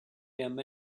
him